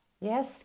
yes